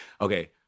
okay